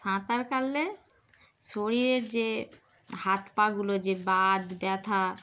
সাঁতারকালে শরীরের যে হাত পাগুলো যে ব্যথা